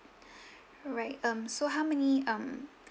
right um so how many um